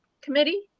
committee